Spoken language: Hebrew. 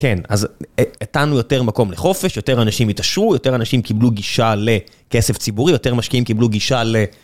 כן, אז נתנו יותר מקום לחופש, יותר אנשים התעשרו, יותר אנשים קיבלו גישה לכסף ציבורי, יותר משקיעים קיבלו גישה ל...